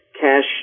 cash